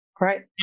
right